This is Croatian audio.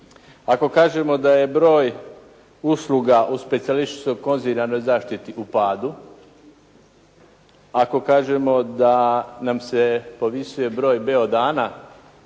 ako kažemo da je broj usluga u specijalističkoj konzilijarnoj zaštiti u padu, ako kažemo da nam se povisuje broj beodana,